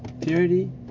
Purity